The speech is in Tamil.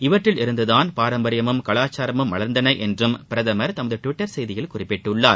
இவற்றிலிருந்துதான் பாரம்பரியமும் கவாச்சாரமும் மலர்ந்தன என்றும் பிரதமர் தமது டுவிட்டர் செய்தியில் குறிப்பிட்டுள்ளார்